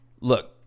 Look